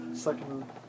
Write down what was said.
second